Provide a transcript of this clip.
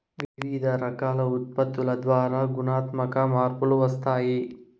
వివిధ రకాల ఉత్పత్తుల ద్వారా గుణాత్మక మార్పులు వస్తాయి